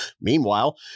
Meanwhile